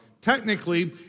Technically